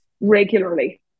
regularly